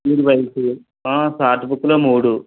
pure white short బుక్లు మూడు